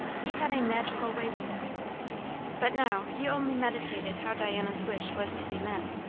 he had a magical way with him but now he only meditated how diana's wish was to be met.